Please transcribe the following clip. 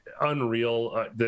unreal